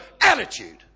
attitude